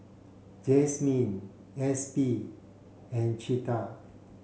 Epsie and Cleda